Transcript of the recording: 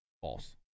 False